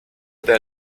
der